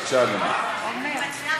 בבקשה, אדוני.